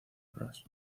bros